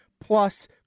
plus